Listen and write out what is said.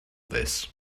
this